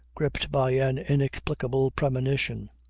gripped by an inexplicable premonition.